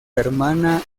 hermana